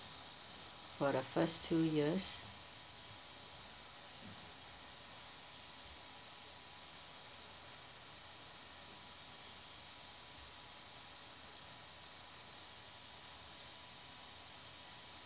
for the first two years